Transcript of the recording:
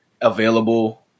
available